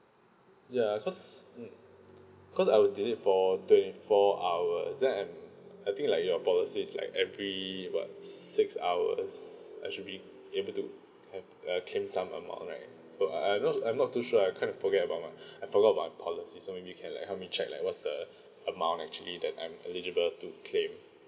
ya cause mm cause I was delayed for twenty four hours there and I think like your policy is like every what six hours I should be able to have err claim some amount right so I am not I'm not too sure I kind of forget about my I forgot my policy so maybe you can like help me check what's the amount actually that I'm eligible to claim